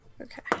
Okay